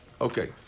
Okay